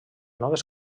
noves